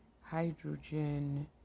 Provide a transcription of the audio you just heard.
hydrogen